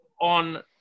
on